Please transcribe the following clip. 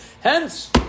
Hence